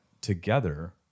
together